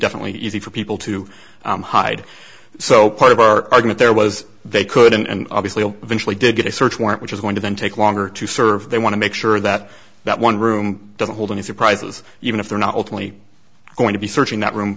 definitely easy for people to hide so part of our argument there was they couldn't and obviously will eventually did get a search warrant which is going to then take longer to serve they want to make sure that that one room doesn't hold any surprises even if they're not ultimately going to be searching that room